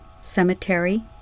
cemetery